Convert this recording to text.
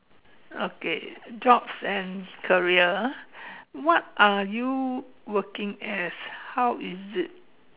okay jobs and career what are you working as how is it